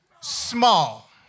small